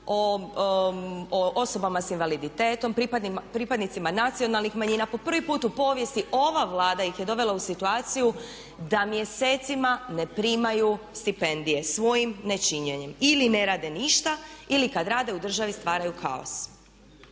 o osobama sa invaliditetom, pripadnicima nacionalnih manjina. Po prvi put u povijesti ova Vlada ih je donijela u situaciju da mjesecima ne primaju stipendije svojim nečinjenjem. Ili ne rade ništa ili kada rade u državi stvaraju kaos.